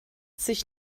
sich